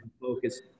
focus